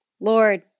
Lord